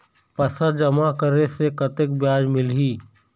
पैसा जमा करे से कतेक ब्याज मिलही?